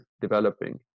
developing